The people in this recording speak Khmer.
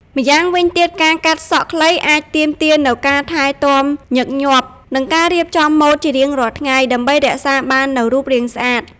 ម្យ៉ាងវិញទៀត ការកាត់សក់ខ្លីអាចទាមទារនូវការថែទាំញឹកញាប់ និងការរៀបចំម៉ូដជារៀងរាល់ថ្ងៃ ដើម្បីរក្សាបាននូវរូបរាងស្អាត។